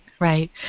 right